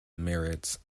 merits